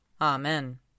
Amen